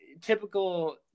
typical